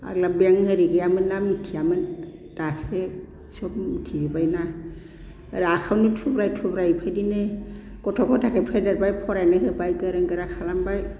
आग्ला बेंक इरि गैयामोनना मिथियामोन दासो सब मिथिजोबबाय ना आखयावनो थुब्राय थुब्राय इफायदिनो गथ' गथायखो फेदेरबाय फरायनो होबाय गोरों गोरा खालामबाय